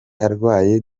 arwaye